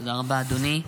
תודה רבה, אדוני.